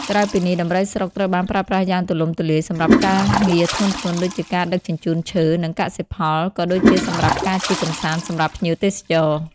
ក្រៅពីនេះដំរីស្រុកត្រូវបានប្រើប្រាស់យ៉ាងទូលំទូលាយសម្រាប់ការងារធ្ងន់ៗ ដូចជាការដឹកជញ្ជូនឈើ និងកសិផល ក៏ដូចជាសម្រាប់ការជិះកម្សាន្តសម្រាប់ភ្ញៀវទេសចរ។